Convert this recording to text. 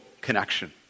connection